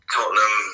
Tottenham